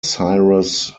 cyrus